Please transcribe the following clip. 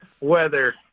weather